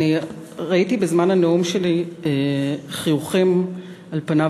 ראיתי בזמן הנאום שלי חיוכים על פניו